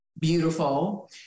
beautiful